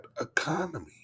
economy